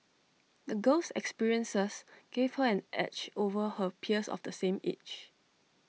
the girl's experiences gave her an edge over her peers of the same age